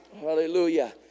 Hallelujah